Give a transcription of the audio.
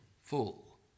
full